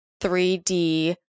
3D